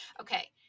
okay